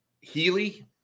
Healy